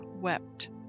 wept